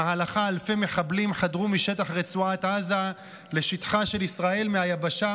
שבמהלכה אלפי מחבלים חדרו משטח רצועת עזה לשטחה של ישראל מהיבשה,